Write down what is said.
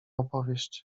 opowieść